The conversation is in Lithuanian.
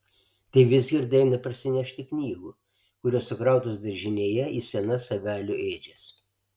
tai vizgirda eina parsinešti knygų kurios sukrautos daržinėje į senas avelių ėdžias